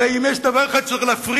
הרי אם יש דבר אחד שצריך להפריט,